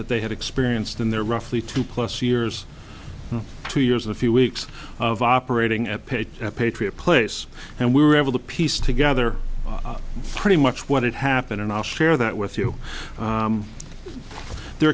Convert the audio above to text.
that they had experienced in their roughly two plus years two years a few weeks of operating at page a patriot place and we were able to piece together pretty much what had happened and i'll share that with you their